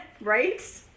Right